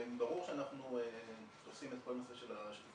ברור שאנחנו תופסים את כל הנושא הזה של השקיפות